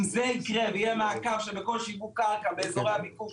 אם זה יקרה ויהיה מעקב שבכל שיווק קרקע באזורי הביקוש